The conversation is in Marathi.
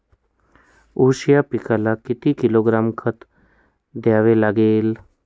ऊस या पिकाला किती किलोग्रॅम खत द्यावे लागेल?